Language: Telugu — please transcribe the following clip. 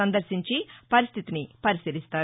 సందర్భించి పరిస్థితిని పరిశీలిస్తారు